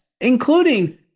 including